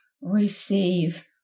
receive